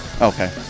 Okay